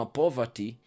poverty